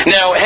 Now